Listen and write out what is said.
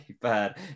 bad